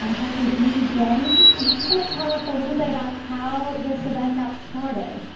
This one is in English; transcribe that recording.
ah dr. dee james and she's going to tell us a little bit about how this event got started.